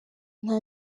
nta